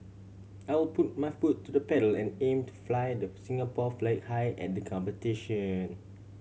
I will put my foot to the pedal and aim to fly the Singapore flag high at the competition